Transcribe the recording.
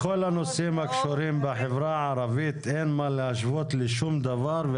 בכל הנושאים הקשורים לחברה הערבית אין מה להשוות לשום דבר,